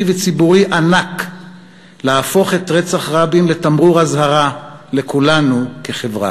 וציבורי ענק להפוך את רצח רבין לתמרור אזהרה לכולנו כחברה,